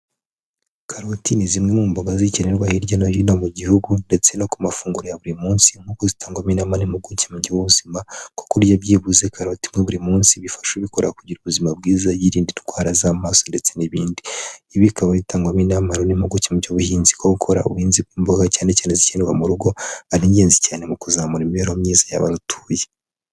Karoti ni zimwe mu mboga zikenerwa hirya no hino mu gihugu ndetse no ku mafunguro ya buri munsi nkuko zitangwamo inama n'impuguke mu by'ubuzima, ko kurya byibuze karoti imwe buri munsi bifasha ubikora kugira ubuzima bwiza yirinda indwara z'amaso ndetse n'ibindi. Ibi bikaba bitangwamo inama rero n'impuguke mu by'ubuhinzi ko gukora ubuhinzi bw'imboga cyane cyane zikenerwa mu rugo, ari ingenzi cyane mu kuzamura imibereho myiza y'abarutuye.